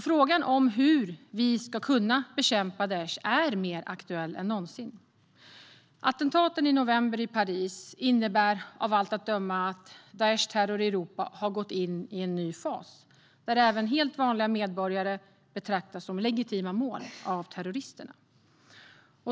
Frågan om hur vi ska kunna bekämpa Daish är mer aktuell än någonsin. Attentaten i Paris i november innebär av allt att döma att Daishs terror i Europa har gått in i en ny fas där även helt vanliga medborgare betraktas som legitima mål av terroristerna.